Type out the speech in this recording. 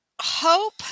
hope